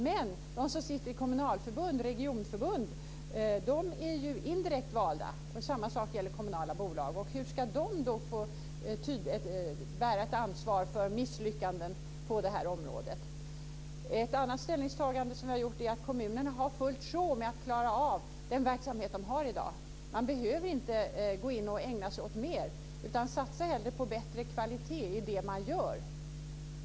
Men de som sitter i kommunalförbund och regionförbund är ju indirekt valda. Samma sak gäller dem som sitter i kommunala bolag. Hur ska de få bära ett ansvar för misslyckanden på det här området? Ett annat ställningstagande som vi har gjort är att kommunerna har fullt sjå med att klara av den verksamhet de har i dag. Man behöver inte gå in och ägna sig åt mer. Satsa hellre på bättre kvalitet i det som görs.